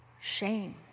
shame